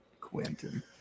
Quentin